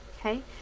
Okay